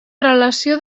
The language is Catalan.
relació